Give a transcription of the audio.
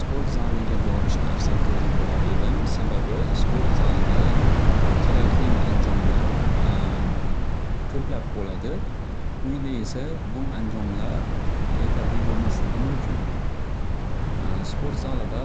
Sport zaliga borishni afzal ko'rgan bo'lar edim. Sababi sport zalida kerakli anjomlar ko'plab bo'ladi. Uyda esa bu anjomlar yetarli bo'lmasligi mumkin. Sport zalida